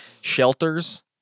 shelters